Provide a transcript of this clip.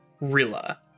Rilla